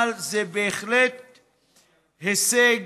אבל זה בהחלט הישג,